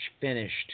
finished